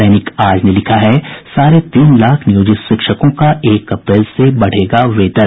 दैनिक आज ने लिखा है साढ़े तीन लाख नियोजित शिक्षकों का एक अप्रैल से बढ़ेगा वेतन